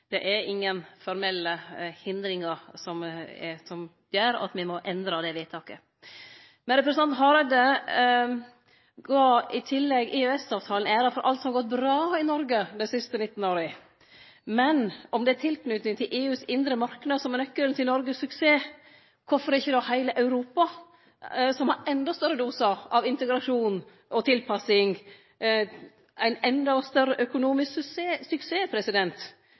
det er ingen formelle hindringar som gjer at me må endre det vedtaket. Men representanten Hareide gav i tillegg EØS-avtalen æra for alt som har gått bra i Noreg dei siste 19 åra. Men om det er tilknyting til EUs indre marknad som er nøkkelen til Noregs suksess, korfor ikkje då heile Europa, som har endå større dosar av integrasjon og tilpassing – ein endå større økonomisk suksess?